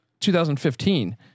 2015